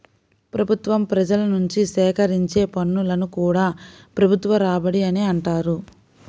ప్రభుత్వం ప్రజల నుంచి సేకరించే పన్నులను కూడా ప్రభుత్వ రాబడి అనే అంటారు